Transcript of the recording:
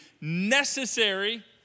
necessary